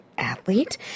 Athlete